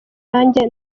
nanjye